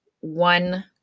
one